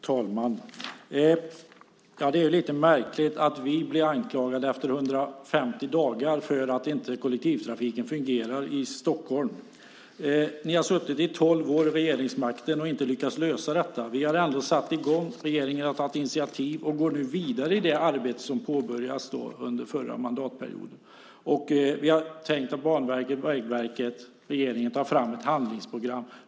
Herr talman! Det är lite märkligt att vi efter 150 dagar blir anklagade för att kollektivtrafiken inte fungerar i Stockholm. Ni har suttit i tolv år vid regeringsmakten och inte lyckats lösa detta. Vi har ändå satt i gång. Regeringen har tagit initiativ och går nu vidare i det arbete som påbörjades under den förra mandatperioden. Vi har tänkt att Banverket, Vägverket och regeringen tar fram ett handlingsprogram.